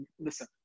listen